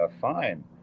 fine